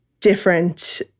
different